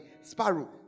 Sparrow